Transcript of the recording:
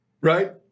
right